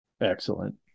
Excellent